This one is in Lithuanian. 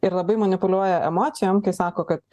ir labai manipuliuoja emocijom kai sako kad